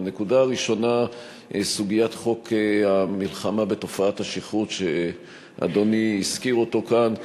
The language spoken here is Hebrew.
הנקודה הראשונה היא סוגיית חוק המלחמה בתופעת השכרות שאדוני הזכיר כאן.